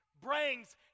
brings